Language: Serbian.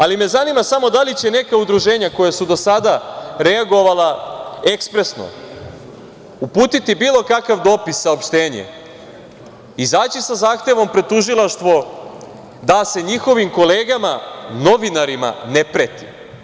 Ali me zanima samo da li će neka udruženja koja su do sada reagovala ekspresno, uputiti bilo kakav dopis, saopštenje, izaći sa zahtevom pred tužilaštvo da se njihovim kolegama, novinarima, ne preti?